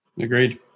Agreed